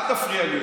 אל תפריע לי.